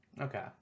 Okay